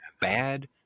bad